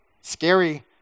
Scary